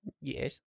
Yes